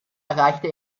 erreichte